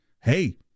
Hey